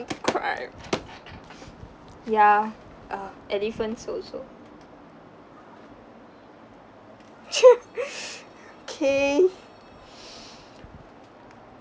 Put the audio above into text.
cry ya uh elephants also k